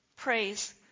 Praise